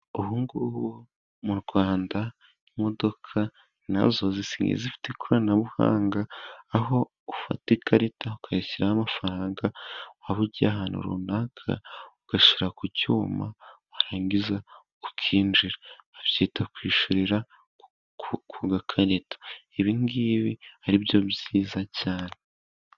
Ubu ngubu mu Rwanda imodoka nazo zisigaye zifite ikoranabuhanga, aho ufata ikarita ukayishyiraho amafaranga waba ugiye ahantu runaka ugashyira ku cyuma warangiza ukinjira, babyita kwishyurira ku gakarita ibi ngibi ari byo byiza cyane.